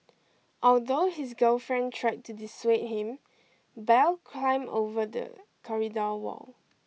although his girlfriend tried to dissuade him Bell climbed over the corridor wall